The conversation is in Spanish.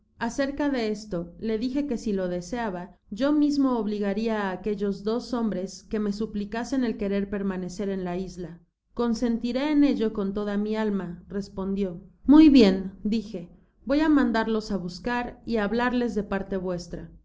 acerca de esto le dije que si lo deseaba yo mismo obligaria á aquellos dos hombres que me suplicasen el querer permanecer en la isla consentiré en ello con toda mi alma respondió muy bien dije voy á mandarlos á buscar y hablarles de parte vuestra